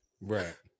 Right